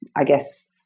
i guess,